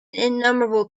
innumerable